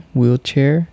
wheelchair